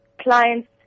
clients